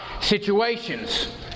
situations